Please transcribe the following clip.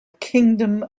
kingdom